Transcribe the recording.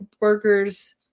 Workers